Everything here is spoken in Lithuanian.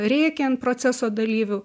rėkė ant proceso dalyvių